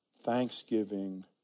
thanksgiving